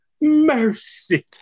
mercy